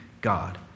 God